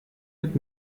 mit